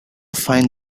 find